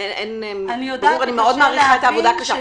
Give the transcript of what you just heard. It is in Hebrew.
ואני מעריכה מאוד את העבודה הקשה.